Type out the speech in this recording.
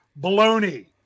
baloney